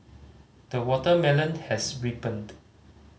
the watermelon has ripened